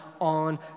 on